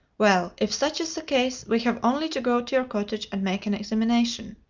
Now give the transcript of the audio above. well, if such is the case, we have only to go to your cottage and make an examination.